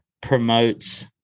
promotes